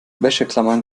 wäscheklammern